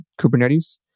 Kubernetes